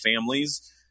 families